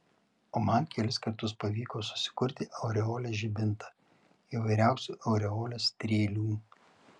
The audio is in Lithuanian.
o man kelis kartus pavyko susikurti aureolės žibintą įvairiausių aureolės strėlių